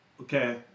Okay